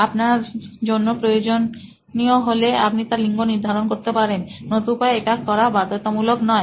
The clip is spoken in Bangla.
আপনার জন্য প্রয়োজনীয় হলে আপনি তার লিঙ্গ নির্ধারণ করতে পারেন নতু বা এটা করা বার্ধতামূলক নয়